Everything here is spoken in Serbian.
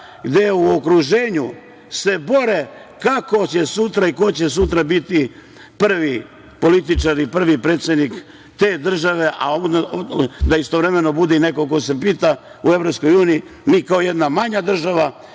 gde u okruženju se bore kako će sutra i ko će sutra biti prvi političar i prvi predsednik te države, a onda da istovremeno bude neko ko se pita u Evropskoj uniji, mi kao jedna manja država